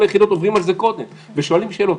היחידות עוברים על זה קודם ושואלים שאלות,